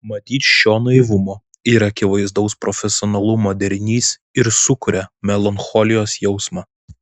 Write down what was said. matyt šio naivumo ir akivaizdaus profesionalumo derinys ir sukuria melancholijos jausmą